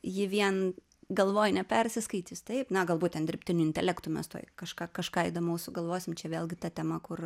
ji vien galvoj nepersiskaitys taip na gal būtent dirbtiniu intelektu mes tuoj kažką kažką įdomaus sugalvosim čia vėlgi ta tema kur